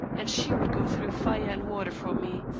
and she would go through fire and water for me.